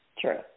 True